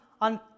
on